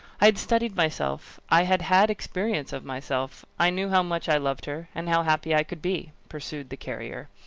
i had studied myself i had had experience of myself i knew how much i loved her, and how happy i should be, pursued the carrier.